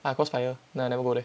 ah Crossfire no I never go there